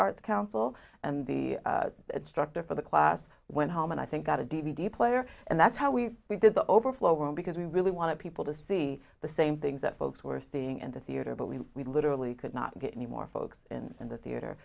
arts council and the destructor for the class went home and i think got a d v d player and that's how we we did the overflow room because we really wanted people to see the same things that folks were seeing in the theater but we we literally could not get any more folks in the theater